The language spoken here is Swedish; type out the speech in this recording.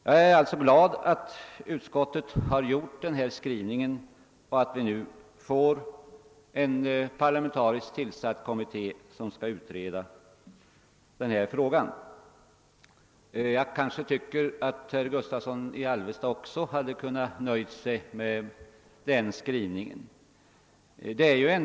Jag är alltså glad över att utskottet har gjort denna skrivning och att en parlamentariskt sammansatt kommitté nu skall utreda frågan. Jag tycker nog att också herr Gustavsson i Alvesta borde ha kunnat nöja sig med denna skrivning.